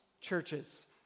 churches